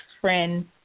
friend